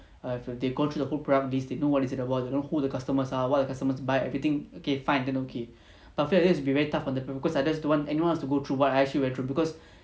err they go through the whole programme of this they what is it about you know who the customers are what the customers buy everything okay fine then okay but I feel that that's going to be very tough on people because I just don't want anyone to go through what I actually went through because